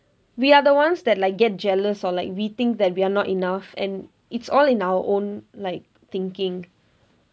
we are the ones that like get jealous or like we think that we are not enough and it's all in our own like thinking